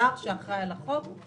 השר שאחראי על החוק הוא